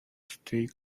stay